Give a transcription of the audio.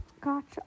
Gotcha